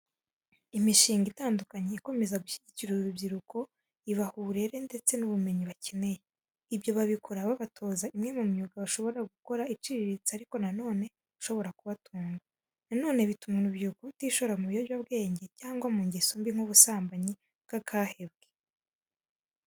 Imishinga itandukanye ikomeza gushyigikira urubyiruko ibaha uburere ndetse n'ubumenyi bakeneye. Ibyo babikora babatoza imwe mu myuga bashobora gukora iciriritse ariko nanone ishobora kubatunga. Na none bituma urubyiruko rutishora mu ibiyobyabwenge cyangwa mu ngeso mbi nk'ubusambanyi bw'akahebwe.